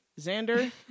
Xander